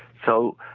so,